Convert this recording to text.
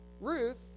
Ruth